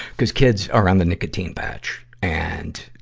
cuz kids are on the nicotine patch and,